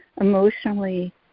emotionally